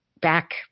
back